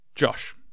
Josh